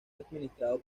administrado